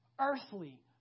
earthly